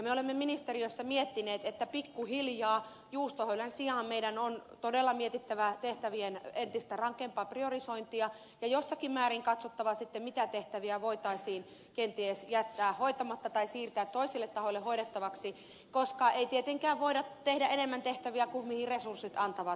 me olemme ministeriössä miettineet että pikkuhiljaa juustohöylän sijaan meidän on todella mietittävä tehtävien entistä rankempaa priorisointia ja jossakin määrin katsottava sitten mitä tehtäviä voitaisiin kenties jättää hoitamatta tai siirtää toisille tahoille hoidettavaksi koska ei tietenkään voida tehdä enempää tehtäviä kuin mihin resurssit antavat myöten